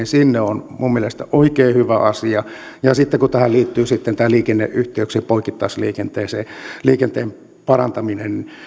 sinne on minun mielestäni oikein hyvä asia ja kun tähän liittyy sitten liikenneyhteyksien poikittaisliikenteen parantaminen